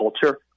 culture